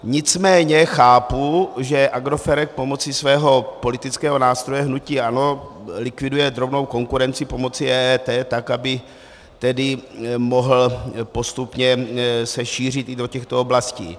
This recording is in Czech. Nicméně chápu, že Agrofert pomocí svého politického nástroje hnutí ANO likviduje drobnou konkurenci pomocí EET, tak aby se tedy mohl postupně šířit i do těchto oblastí.